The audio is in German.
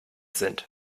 sind